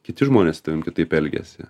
kiti žmonės ten kitaip elgiasi